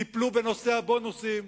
טיפלו בנושא הבונוסים,